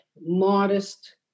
modest